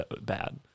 bad